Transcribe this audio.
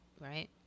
right